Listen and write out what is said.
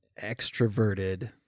extroverted